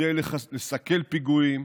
כדי לסכל פיגועים